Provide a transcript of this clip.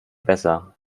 besser